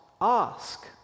ask